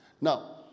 Now